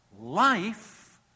life